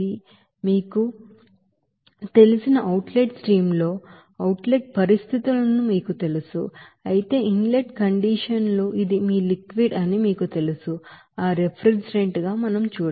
ఇది మీ అని మీకు తెలిసిన అవుట్ లెట్ స్ట్రీమ్ ల్లో అవుట్ లెట్ పరిస్థితులు మీకు తెలుసు అయితే ఇన్ లెట్ కండిషన్ లు ఇది మీ లిక్విడ్ అని మీకు తెలుసు ఆ రిఫ్రిజిరెంట్ మీకు తెలుసు